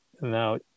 now